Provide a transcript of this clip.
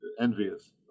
envious